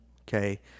Okay